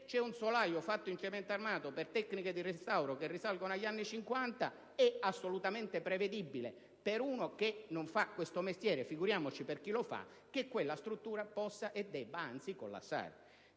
se vi è un solaio realizzato in cemento armato, per tecniche di restauro risalenti agli anni '50, è assolutamente prevedibile (per chi non fa questo mestiere: figuriamoci per chi lo fa) che quella struttura possa, e anzi debba, collassare.